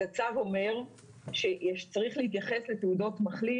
אז הצו אומר שצריך להתייחס לתעודות מחלים